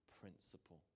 principle